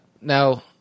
Now